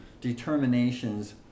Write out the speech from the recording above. determinations